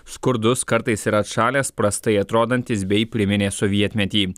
skurdus kartais ir atšalęs prastai atrodantis bei priminė sovietmetį